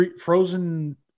frozen